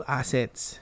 assets